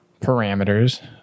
parameters